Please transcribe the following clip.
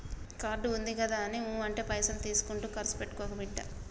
card ఉందిగదాని ఊ అంటే పైసలు తీసుకుంట కర్సు పెట్టుకోకు బిడ్డా